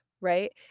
right